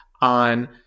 on